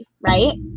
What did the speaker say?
right